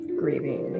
grieving